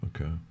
okay